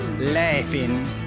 laughing